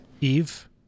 Eve